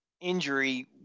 injury